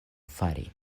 fari